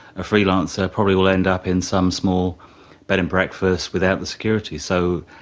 a freelancer probably will end up in some small bed and breakfast without the security. so,